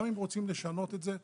גם אם רוצים לשנות את זה.